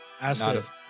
Asset